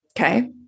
okay